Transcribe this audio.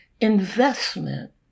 investment